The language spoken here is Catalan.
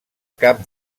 cap